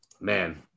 man